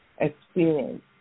experience